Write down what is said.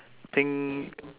pink